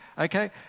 okay